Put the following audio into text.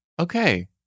Okay